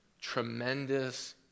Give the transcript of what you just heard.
tremendous